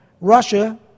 Russia